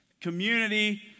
Community